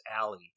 alley